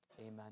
Amen